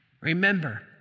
Remember